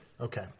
Okay